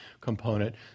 component